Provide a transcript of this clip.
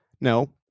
no